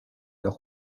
los